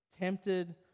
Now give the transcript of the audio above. Tempted